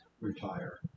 retire